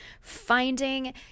finding